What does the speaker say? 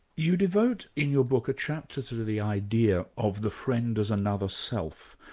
you devote in your book a chapter to to the idea of the friend as another self.